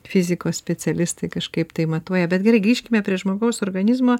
fizikos specialistai kažkaip tai matuoja bet gerai grįžkime prie žmogaus organizmo